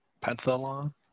Pentathlon